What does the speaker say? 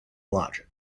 logic